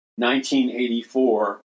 1984